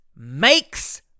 makes